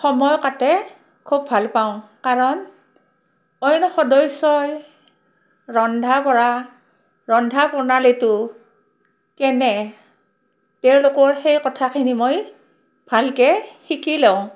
সময় কটাই খুব ভাল পাওঁ কাৰণ অইন সদস্যই ৰন্ধা বঢ়া ৰন্ধা প্ৰণালীটো কেনে তেওঁলোকৰ সেই কথাখিনি মই ভালকৈ শিকি লওঁ